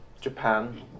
Japan